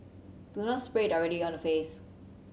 do not spray it directly on the face